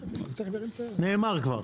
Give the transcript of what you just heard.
נאמר כבר.